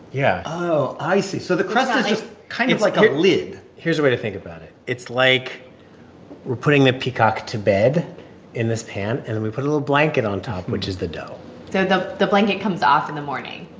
yeah oh, i see. so the crust is just kind of like a lid here's a way to think about it. it's like we're putting the peacock to bed in this pan, and then we put a little blanket on top, which is the dough so the the blanket comes off in the morning.